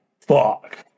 fuck